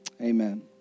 Amen